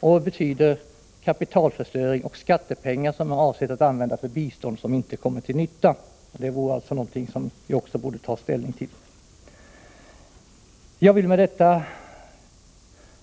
Det sker en kapitalförstöring, och skattepengar som är avsedda att användas för bistånd kommer inte till nytta. Det är också någonting att ta ställning till. Jag vill med detta,